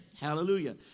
Hallelujah